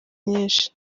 nyinshi